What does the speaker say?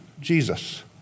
Jesus